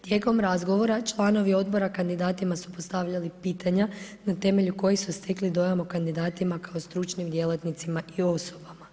Tijekom razgovora članovi odbora kandidatima su postavljali pitanja na temelju kojih su stekli dojam o kandidatima kao stručnim djelatnicima i osobama.